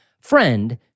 friend